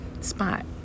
spot